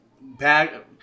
back